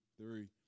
three